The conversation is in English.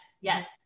Yes